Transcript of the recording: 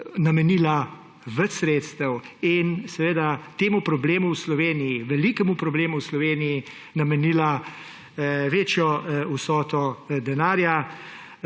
namenila več sredstev in seveda temu problemu v Sloveniji, velikemu problemu v Sloveniji, namenila večjo vsoto denarja.